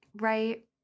right